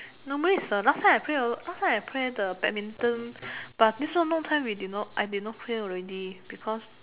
normally is the last time I play last time I play the badminton but this one long time already not I did not play already because